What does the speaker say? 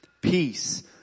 peace